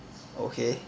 okay